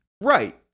Right